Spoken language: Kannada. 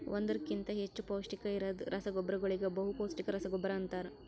ಒಂದುರ್ ಕಿಂತಾ ಹೆಚ್ಚ ಪೌಷ್ಟಿಕ ಇರದ್ ರಸಗೊಬ್ಬರಗೋಳಿಗ ಬಹುಪೌಸ್ಟಿಕ ರಸಗೊಬ್ಬರ ಅಂತಾರ್